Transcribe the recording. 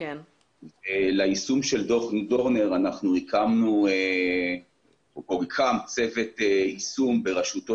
ליישום של דוח דורנר הוקם צוות יישום בראשותו